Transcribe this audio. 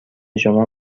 شما